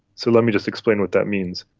so let me just explain what that means.